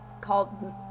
Called